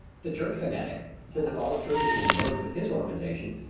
the church-fanatic says if all churches will merge with his organization,